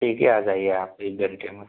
ठीक है आ जाइए आप एक घंटे में